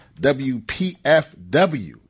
WPFW